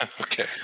Okay